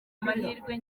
amahirwe